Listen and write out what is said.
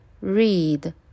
read